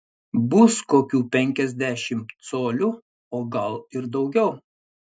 bus kokių penkiasdešimt colių o gal ir daugiau